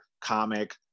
comic